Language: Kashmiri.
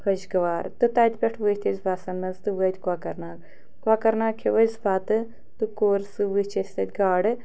خۄشگوار تہٕ تَتہِ پٮ۪ٹھ ؤتھۍ أسۍ بَسَن منٛز تہٕ وٲتۍ کۄکَرناگ کۄکَرناگ کھیوٚو اَسہِ بَتہٕ تہٕ کوٚر سُہ وٕچھ اَسہِ تَتہِ گاڈٕ